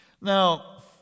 Now